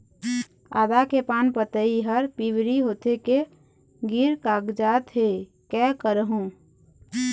आदा के पान पतई हर पिवरी होथे के गिर कागजात हे, कै करहूं?